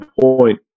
point